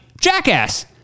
Jackass